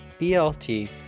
BLT